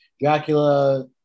Dracula